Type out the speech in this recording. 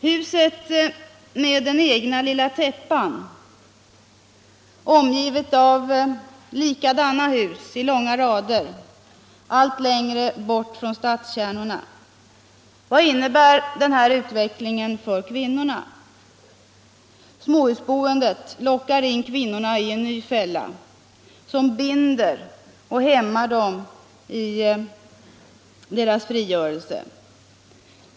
Huset med den egna lilla täppan, omgivet av likadana hus i långa rader, allt längre bort från stadskärnorna — vad innebär denna utveckling för kvinnorna? Småhusboendet lockar in kvinnorna i en ny fälla, som binder och hämmar dem i deras frigörelse.